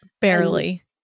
Barely